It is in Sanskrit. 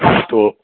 अस्तु